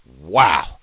wow